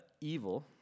evil